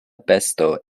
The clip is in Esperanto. besto